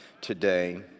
today